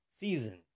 season